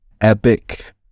epic